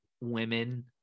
women